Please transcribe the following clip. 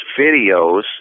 videos